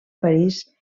parís